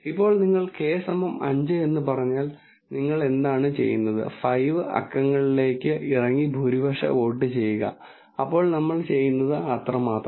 ഇപ്പോൾ നിങ്ങൾ k 5 എന്ന് പറഞ്ഞാൽ നിങ്ങൾ എന്താണ് ചെയ്യുന്നത് 5 അക്കങ്ങളിലേക്ക് ഇറങ്ങി ഭൂരിപക്ഷ വോട്ട് ചെയ്യുക അപ്പോൾ നമ്മൾ ചെയ്യുന്നത് അത്രമാത്രം